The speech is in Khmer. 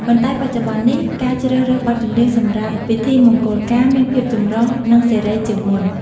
ប៉ុន្តែបច្ចុប្បន្ននេះ ការជ្រើសរើសបទចម្រៀងសម្រាប់ពិធីមង្គលការមានភាពចម្រុះនិងសេរីជាងមុន។